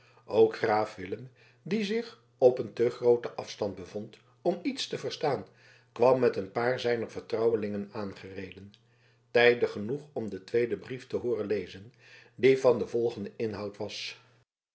ook graaf willem die zich op een te grooten afstand bevond om iets te verstaan kwam met een paar zijner vertrouwelingen aangereden tijdig genoeg om den tweeden brief te hooren lezen die van den volgenden inhoud was